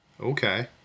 Okay